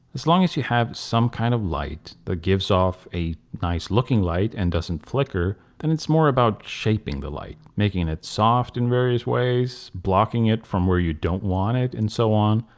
as long as you have some kind of light that gives off a nice looking light and doesn't flicker then it's more about shaping the light. making it soft in various ways, blocking it from where you don't want it, and so on.